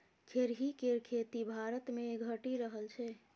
खेरही केर खेती भारतमे घटि रहल छै